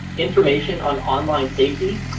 information on online safety,